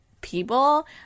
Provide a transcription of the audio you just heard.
people